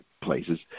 places